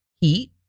heat